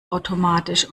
automatisch